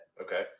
Okay